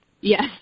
Yes